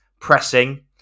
pressing